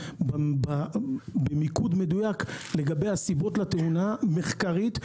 במיקוד מדויק לגבי הסיבות לתאונה מחקרית.